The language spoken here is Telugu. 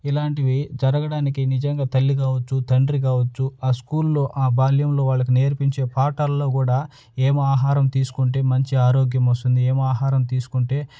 ఇలాంటివి జరగడానికి నిజంగా తల్లి కావచ్చు తండ్రి కావచ్చు ఆ స్కూల్లో ఆ బాల్యంలో వాళ్ళకి నేర్పించే పాఠాల్లో కూడా ఏమి ఆహారం తీసుకుంటే మంచి ఆరోగ్యం వస్తుంది ఏమి ఆహారం తీసుకుంటే